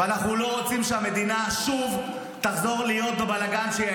ואנחנו לא רוצים שהמדינה תחזור שוב להיות בבלגן שהיא